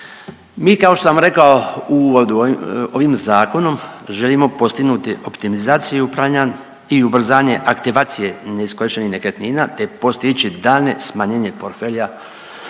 Mi kao što sam rekao u uvodu ovim zakonom želimo postignuti optimizaciju upravljanja i ubrzanje aktivacije neiskorištenih nekretnina te postići daljnje smanje portfelja